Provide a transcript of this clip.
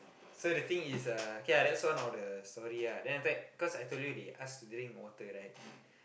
so the thing is uh okay ah that's one of the story ah then after that cause I told you they ask to drink water right